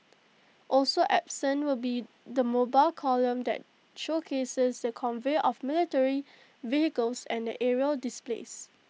also absent will be the mobile column that showcases the convoy of military vehicles and the aerial displays